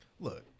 Look